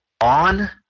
on